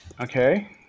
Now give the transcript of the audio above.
Okay